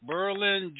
Berlin